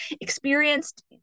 experienced